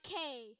Okay